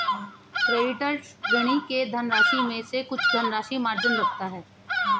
creditor, ऋणी के धनराशि में से कुछ धनराशि मार्जिन रखता है